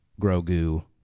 grogu